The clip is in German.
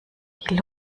die